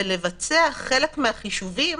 ולבצע חלק מהחישובים